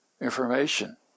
information